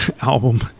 album